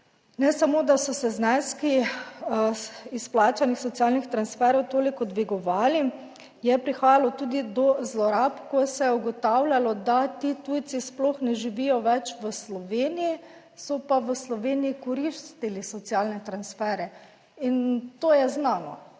ne samo, da so se zneski izplačanih socialnih transferjev toliko dvigovali, je prihajalo tudi do zlorab, ko se je ugotavljalo, da ti tujci sploh ne živijo več v Sloveniji, so pa v Sloveniji koristili socialne transfere. In to je znano,